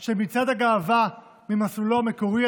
של מצעד הגאווה ממסלולו המקורי,